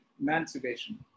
emancipation